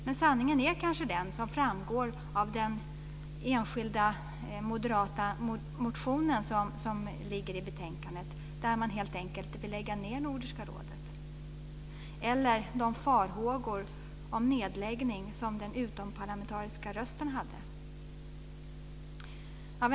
Men sanningen är kanske den som framgår av den enskilda moderata motion som behandlas i betänkandet, att man helt enkelt vill lägga ned Nordiska rådet i linje med den farhåga om nedläggning som den utomparlamentariska rösten uttalade.